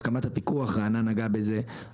רענן נגע בהקמת הפיקוח.